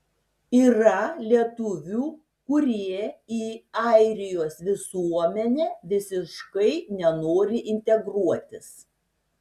yra lietuvių kurie į airijos visuomenę visiškai nenori integruotis